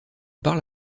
parle